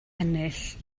ennill